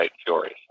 stories